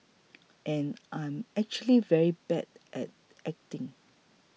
and I'm actually very bad at acting